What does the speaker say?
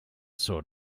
sort